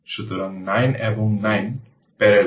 সুতরাং 9 এবং 9 প্যারালেল